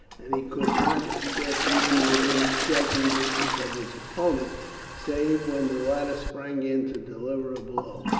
and he could not get even within striking distance of his opponent save when the latter sprang in to deliver a blow.